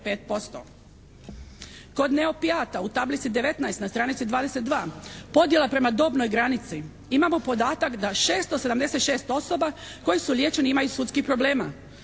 Kod neopijata u tablici 19. na stranici 22. podjela prema dobnoj granici. Imamo podataka da 676 osoba koje su liječeni imaju sudskih problema.